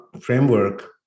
framework